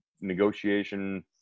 negotiation